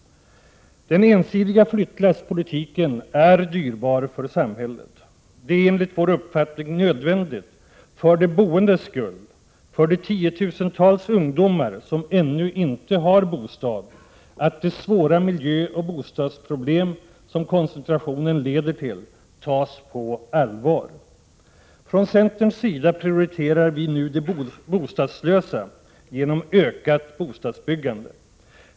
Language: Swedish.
Den ensidiga flyttlasspolitiken är kostsam för samhället. Det är enligt vår uppfattning nödvändigt för de boendes skull och för de tiotusentals ungdomar som ännu inte har någon bostad att de svåra miljöoch bostadsproblemen som koncentrationen leder till tas på allvar. Från centerns sida prioriterar vi nu de bostadslösa genom ökat bostadsbyggande.